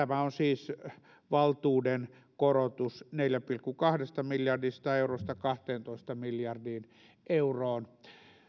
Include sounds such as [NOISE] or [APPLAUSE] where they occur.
[UNINTELLIGIBLE] tämä on siis valtuuden korotus neljästä pilkku kahdesta miljardista eurosta kahteentoista miljardiin euroon